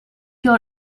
your